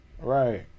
Right